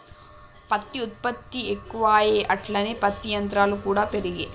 పత్తి ఉత్పత్తి ఎక్కువాయె అట్లనే పత్తి యంత్రాలు కూడా పెరిగే